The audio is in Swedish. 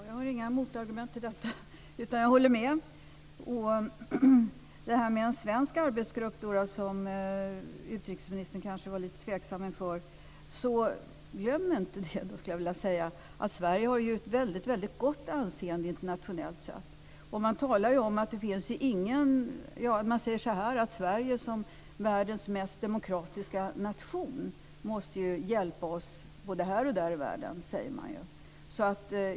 Fru talman! Jag har inga motargument till detta, utan jag håller med. Utrikesministern var kanske lite tveksam inför en svensk arbetsgrupp. Men glöm inte att Sverige har ett väldigt gott anseende internationellt. Man säger att Sverige som kanske världens mest demokratiska nation måste ju hjälpa till både här och där i världen.